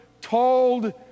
told